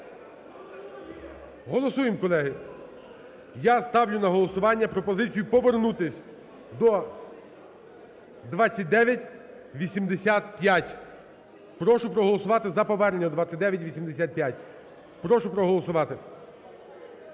Голосуємо, колеги. Я ставлю на голосування пропозицію повернутись до 2985. Прошу проголосувати за повернення 2985. Прошу проголосувати,